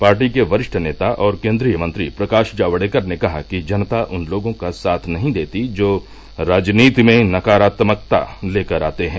party के वरिष्ठ नेता और केन्द्रीय मंत्री प्रकाश जायेडकर ने कहा कि जनता उन लोगों का साथ नहीं देती जो राजनीति में नकारात्मकता लेकर आते हैं